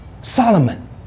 Solomon